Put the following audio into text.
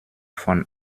von